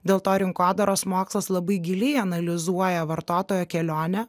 dėl to rinkodaros mokslas labai giliai analizuoja vartotojo kelionę